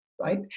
right